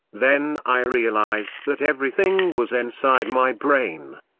then i realized that everything was inside my brain.